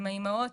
הם האימהות,